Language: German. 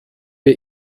wir